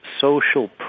social